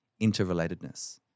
interrelatedness